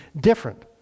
different